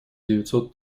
девятьсот